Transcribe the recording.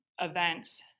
events